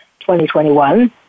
2021